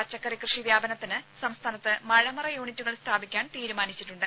പച്ചക്കറി കൃഷി വ്യാപനത്തിന് സംസ്ഥാനത്ത് മഴമറ യൂണിറ്റുകൾ സ്ഥാപിക്കാൻ തീരുമാനിച്ചിട്ടുണ്ട്